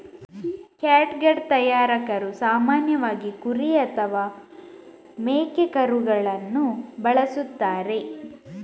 catgut ತಯಾರಕರು ಸಾಮಾನ್ಯವಾಗಿ ಕುರಿ ಅಥವಾ ಮೇಕೆಕರುಳನ್ನು ಬಳಸುತ್ತಾರೆ